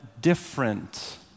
different